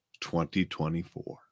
2024